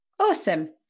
awesome